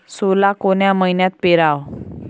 सोला कोन्या मइन्यात पेराव?